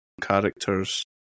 characters